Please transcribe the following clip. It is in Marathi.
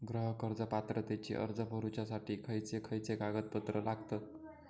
गृह कर्ज पात्रतेचो अर्ज भरुच्यासाठी खयचे खयचे कागदपत्र लागतत?